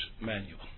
manual